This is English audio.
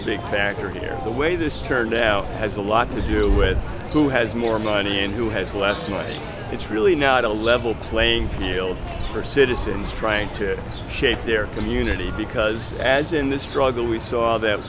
a big factor here the way this turn now has a lot to do with who has more money and who has last night it's really not a level playing field for citizens trying to shape their community because as in the struggle we saw that